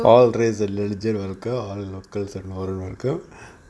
all race and religion welcome all local and foreign workers